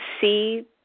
see